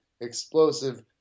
explosive